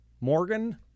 Morgan